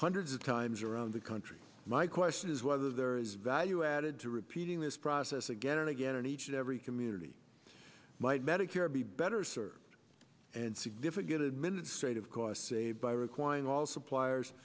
hundreds of times around the country my question is whether there is value added to repeating this process again and again and each and every community might medicare be better served and significant administrative costs say by requiring all suppliers